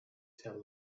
tell